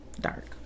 Dark